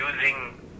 using